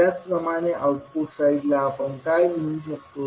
त्याचप्रमाणे आऊटपुट साईडला आपण काय लिहू शकतो